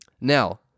Now